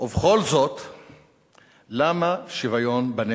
מה עם שירות אזרחי?